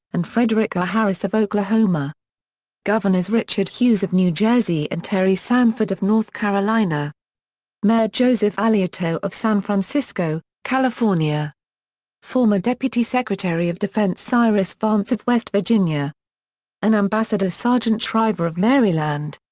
and fred r. harris of oklahoma governors richard hughes of new jersey and terry sanford of north carolina mayor joseph alioto of san francisco, california former deputy secretary of defense cyrus vance of west virginia and ambassador sargent shriver of maryland.